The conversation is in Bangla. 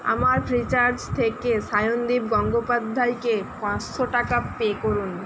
আমার ফ্রিচার্জ থেকে সায়নদীপ গঙ্গোপাধ্যায়কে পাঁচশো টাকা পে করুন